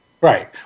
Right